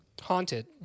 Haunted